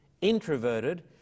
introverted